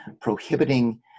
prohibiting